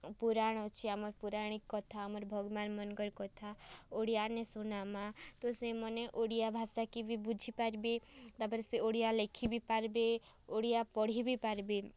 ପୁରାଣ୍ ଅଛେ ଆମର୍ ପୌରାଣିକ୍ କଥା ଆମର୍ ଭଗବାନ୍ ମାନ୍ଙ୍କର୍ କଥା ଓଡ଼ିଆନେ ଶୁଣାମା ତ ସେମାନେ ଓଡ଼ିଆ ଭାଷା କେ ବି ବୁଝିପାର୍ବେ ତା'ପ୍ରେ ସେ ଓଡ଼ିଆ ଲେଖି ବି ପାର୍ବେ ଓଡ଼ିଆ ପଢ଼ି ବି ପାର୍ବେ